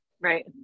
right